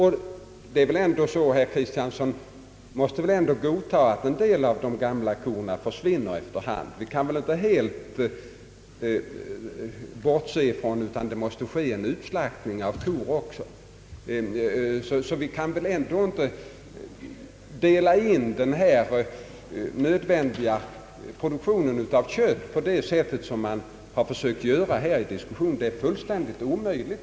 Herr Kristiansson måste väl för övrigt ändå godta att en del av de gamla korna bör försvinna efter hand. Vi kan väl inte helt bortse från att det måste ske en biologiskt motiverad utslaktning av kor också. Och vi kan väl ändå inte bedöma produktion av kött på det sätt som man har försökt göra här i diskussionen.